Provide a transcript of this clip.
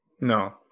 No